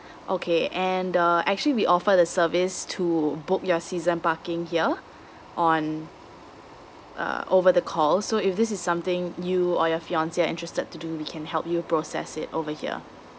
okay and uh actually we offer the service to book your season parking here on uh over the call so if this is something you or your fiancée interested to do we can help you process it over here